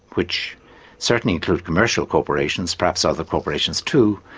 which certainly include commercial corporations, perhaps other corporations too,